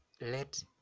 let